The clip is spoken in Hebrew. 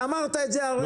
אמרת את זה הרגע.